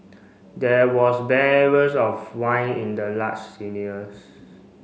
there was barrels of wine in the large